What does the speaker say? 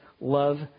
love